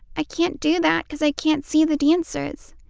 i can't do that because i can't see the dancers.